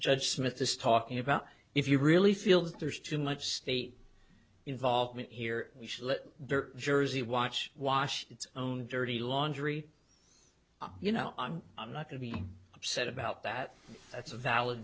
judge smith is talking about if you really feel that there's too much state involvement here we should let jersey watch wash its own dirty laundry you know i'm i'm not going to be upset about that that's a valid